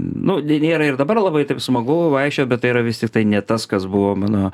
nu nėra ir dabar labai taip smagu vaikščiot bet tai yra vis tiktai ne tas kas buvo mano